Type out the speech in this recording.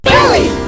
Billy